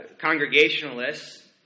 Congregationalists